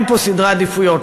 אין פה סדרי עדיפויות.